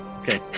Okay